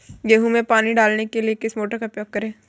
गेहूँ में पानी डालने के लिए किस मोटर का उपयोग करें?